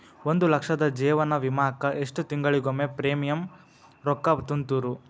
ಒಂದ್ ಲಕ್ಷದ ಜೇವನ ವಿಮಾಕ್ಕ ಎಷ್ಟ ತಿಂಗಳಿಗೊಮ್ಮೆ ಪ್ರೇಮಿಯಂ ರೊಕ್ಕಾ ತುಂತುರು?